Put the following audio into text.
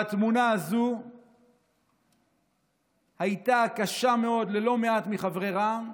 והתמונה הזו הייתה קשה מאוד ללא מעט מחברי רע"מ,